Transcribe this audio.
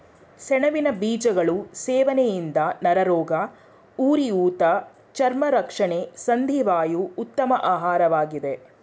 ಸೆಣಬಿನ ಬೀಜಗಳು ಸೇವನೆಯಿಂದ ನರರೋಗ, ಉರಿಊತ ಚರ್ಮ ರಕ್ಷಣೆ ಸಂಧಿ ವಾಯು ಉತ್ತಮ ಆಹಾರವಾಗಿದೆ